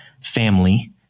family